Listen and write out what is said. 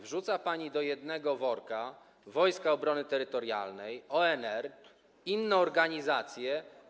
Wrzuca pani do jednego worka Wojska Obrony Terytorialnej, ONR i inne organizacje.